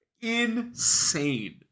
insane